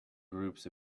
groups